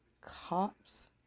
cops